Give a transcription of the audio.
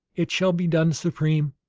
it shall be done, supreme!